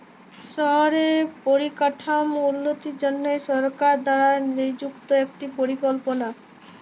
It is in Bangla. শহরে পরিকাঠাম উল্যতির জনহে সরকার দ্বারা লিযুক্ত একটি পরিকল্পলা